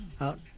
out